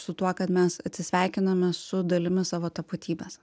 su tuo kad mes atsisveikiname su dalimi savo tapatybės